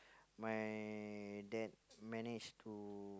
my dad manage to